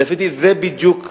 לדעתי, זו בדיוק הבעיה: